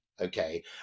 okay